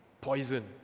poison